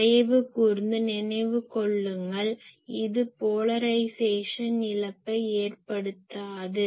தயவுகூர்ந்து நினைவு கொள்ளுங்கள் இது போலரைஸேசன் இழப்பை ஏற்படுத்தாது